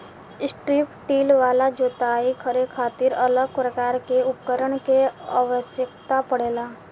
strip till वाला जोताई करे खातिर अलग प्रकार के उपकरण के आवस्यकता पड़ेला